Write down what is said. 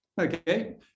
Okay